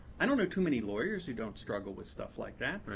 i don't know too many lawyers who don't struggle with stuff like that,